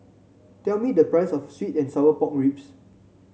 tell me the price of sweet and Sour Pork Ribs